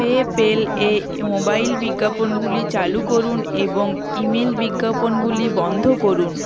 PayPal এ mobile বিজ্ঞাপনগুলি চালু করুন এবং ইমেল বিজ্ঞাপনগুলি বন্ধ করুন